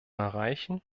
erreichen